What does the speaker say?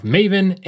Maven